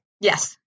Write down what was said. Yes